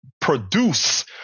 produce